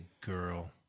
girl